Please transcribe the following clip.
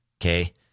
Okay